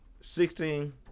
Sixteen